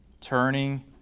turning